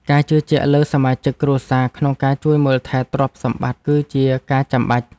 ការជឿជាក់លើសមាជិកគ្រួសារក្នុងការជួយមើលថែទ្រព្យសម្បត្តិ គឺជាការចាំបាច់។